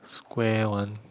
square one